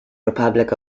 republic